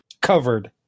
covered